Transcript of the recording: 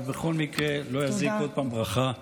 בכל מקרה לא תזיק עוד פעם ברכה.